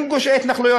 עם גושי ההתנחלויות,